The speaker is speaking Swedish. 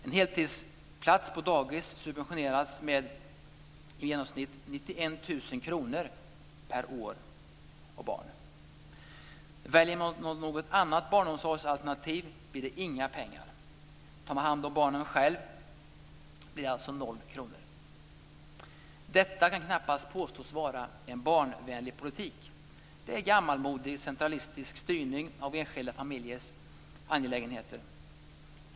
En heltidsplats på dagis subventioneras med i genomsnitt 91 000 kr per år och barn. Väljer man något annat barnomsorgsalternativ blir det inga pengar. Tar man hand om barnen själv blir det alltså noll kronor. Detta kan knappast påstås vara en barnvänlig politik. Det är gammalmodig centralistisk styrning av enskilda familjers angelägenheter.